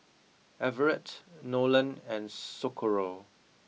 Everett Nolen and Socorro